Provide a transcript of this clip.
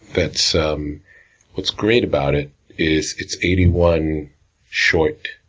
but so um what's great about it is, it's eighty one short